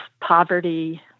poverty